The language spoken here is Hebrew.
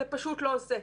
זה פשוט לא זה.